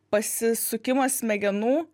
pasisukimas smegenų